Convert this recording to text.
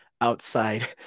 outside